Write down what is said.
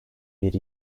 bir